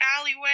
alleyway